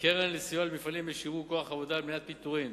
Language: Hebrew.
קרן לסיוע למפעלים לשימור כוח העבודה ומניעת פיטורים,